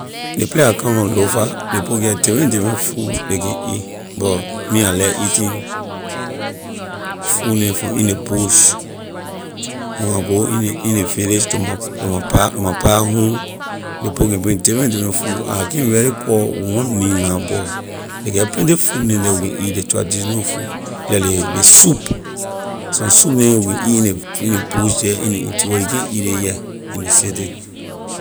Ley place I come from lofa ley people get different different food ley can eat but me I like eating food neh from in ley bush. when I go in ley in ley village to my p- my pa my pa home ley people can bring different different food I can’t really call one name na but ley get plenty food neh the we can eat ley traditional food leh ley ley soup so soup neh we can eat in ley in ley bush the in ley interior we can’t eat ley here in ley city.